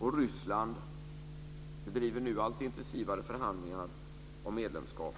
och Ryssland bedriver nu allt intensivare förhandlingar om medlemskap.